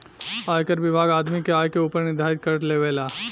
आयकर विभाग आदमी के आय के ऊपर निर्धारित कर लेबेला